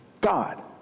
God